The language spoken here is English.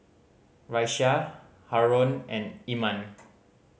Raisya Haron and Iman